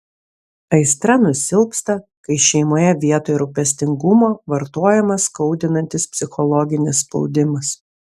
aistra nusilpsta kai šeimoje vietoj rūpestingumo vartojamas skaudinantis psichologinis spaudimas